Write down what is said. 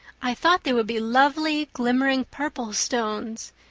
i thought they would be lovely glimmering purple stones.